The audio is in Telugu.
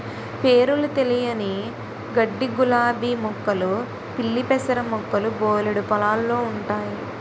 పేరులు తెలియని గడ్డిగులాబీ మొక్కలు పిల్లిపెసర మొక్కలు బోలెడు పొలాల్లో ఉంటయి